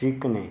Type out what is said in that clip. शिकणे